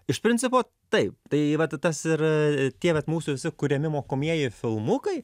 iš principo taip tai vat tas ir tie vat mūsų visi kuriami mokomieji filmukai